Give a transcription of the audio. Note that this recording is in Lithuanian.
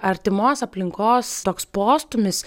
artimos aplinkos toks postūmis